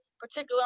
particular